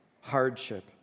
hardship